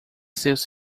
seus